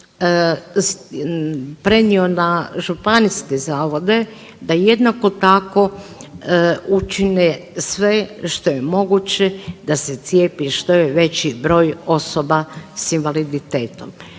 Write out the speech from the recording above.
prenio na županijske zavode da jednako tako učine sve što je moguće da cijepi što je moguće veći broj osoba s invaliditetom.